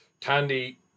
Tandy